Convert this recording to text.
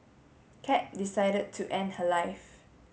cat decided to end her life